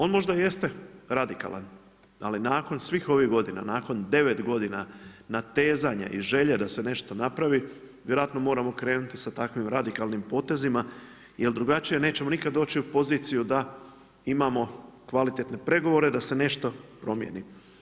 On možda jeste radikalan, ali nakon svih ovih godina, nakon 9 godina natezanja i želje da se nešto napravi, vjerojatno moramo krenuti sa takvim radikalnim potezima jer drugačije nećemo nikada doći u poziciju da imamo kvalitetne pregovore da se nešto promijeni.